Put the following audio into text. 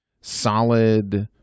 solid